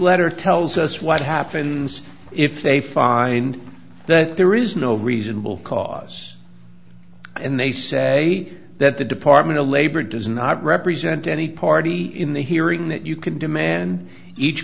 letter tells us what happens if they find that there is no reasonable cause and they say that the department of labor does not represent any party in the hearing that you can demand each